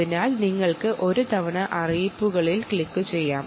അതിനാൽ നിങ്ങൾക്ക് ഒരു തവണ നോട്ടിഫിക്കേഷനുകൾ ക്ലിക്കുചെയ്യാം